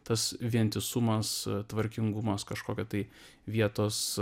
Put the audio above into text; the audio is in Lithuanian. tas vientisumas tvarkingumas kažkokio tai vietos